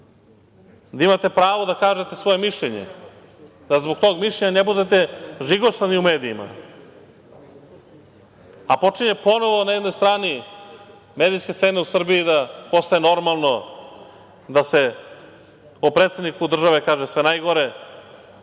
da imate pravo da kažete svoje mišljenje, da zbog tog mišljenja ne budete žigosani u medijima. Počinje ponovo na jednoj strani medijske scene u Srbiji da postaje normalno da se o predsedniku države kaže sve najgore,